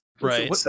Right